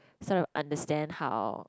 so understand how